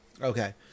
Okay